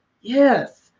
Yes